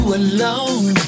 alone